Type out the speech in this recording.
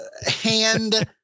Hand